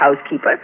housekeeper